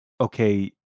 okay